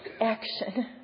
action